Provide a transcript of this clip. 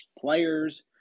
players